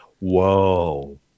whoa